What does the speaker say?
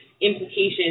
implications